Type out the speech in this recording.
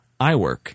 iWork